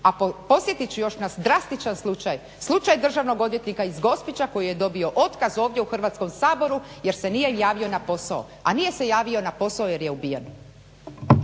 A podsjetit ću još na drastičan slučaj, slučaj državnog odvjetnika iz Gospića koji je dobio otkaz ovdje u Hrvatskom saboru jer se nije javio na posao, a nije se javio na posao jer je ubijen.